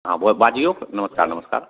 हँ बाजिऔ नमस्कार नमस्कार